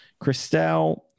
Christelle